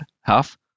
half